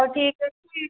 ହଉ ଠିକ୍ ଅଛି